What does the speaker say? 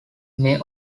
may